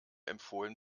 empfohlen